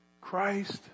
Christ